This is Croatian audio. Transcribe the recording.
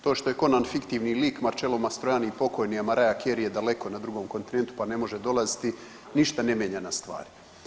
To što je Conan fiktivni lik, Marcello Mastroianni pokojni, a Mariah Carey je daleko na drugom kontinentu pa ne može dolaziti ništa ne mijenja na stvari.